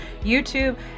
YouTube